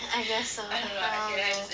I guess so I don't know